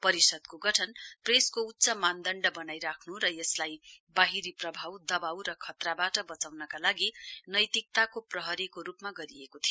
परिषदको गठन प्रेसको उच्च मानदण्ड वनाइराख्नु र यसलाई वाहिरी प्रभाव दवाउ र खतराबाट वचाउनका लागि नैतिकताको प्रहरीको रुपमा गरिएको थियो